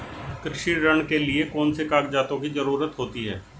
कृषि ऋण के लिऐ कौन से कागजातों की जरूरत होती है?